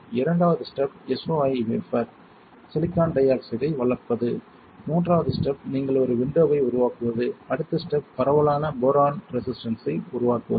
இரண்டாவது step SOI wafer silicon டை ஆக்சைடை வளர்ப்பது மூன்றாவது ஸ்டெப் நீங்கள் ஒரு விண்டோவை உருவாக்குவது அடுத்த ஸ்டெப் பரவலான போரான் ரெசிஸ்டன்ஸ் ஐ உருவாக்குவது